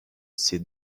see